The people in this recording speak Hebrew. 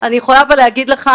אני יכולה להגיד לך,